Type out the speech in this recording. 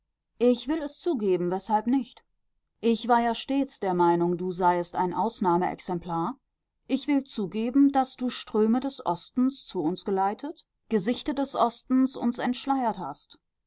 ich will es zugeben weshalb nicht ich war ja stets der meinung du seiest ein ausnahmeexemplar ich will zugeben daß du ströme des ostens zu uns geleitet gesichte des ostens uns entschleiert hast